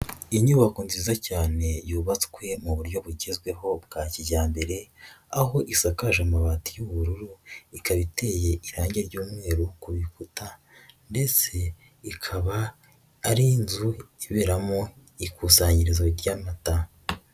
Inyubako nziza cyane yubatswe mu buryo bugezweho bwa kijyambere aho isakaje amabati y'ubururu, ikaba iteye irangi ry'umweru ku rukuta ndetse ikaba ari inzu iberamo ikusanyirizo ry'amata.